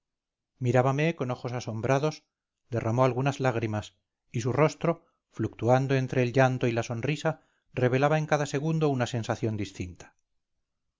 conocimiento mirábame con ojos asombrados derramó algunas lágrimas y su rostro fluctuando entre el llanto y la sonrisa revelaba en cada segundo una sensación distinta